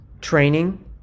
training